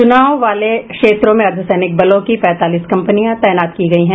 चुनाव वाले क्षेत्रों में अर्द्वसैनिक बलों की पैंतालीस कंपनियां तैनाती की गयी है